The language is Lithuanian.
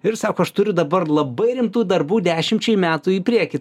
ir sako aš turiu dabar labai rimtų darbų dešimčiai metų į priekį